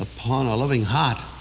upon a loving heart,